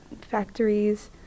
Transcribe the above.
factories